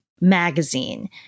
magazine